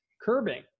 curbing